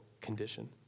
condition